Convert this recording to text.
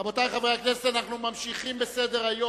רבותי חברי הכנסת, אנחנו ממשיכים בסדר-היום,